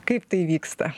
kaip tai vyksta